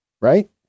right